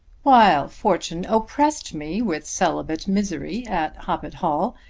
while fortune oppressed me with celibate misery at hoppet hall,